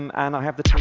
and i have the two